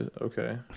okay